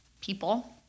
people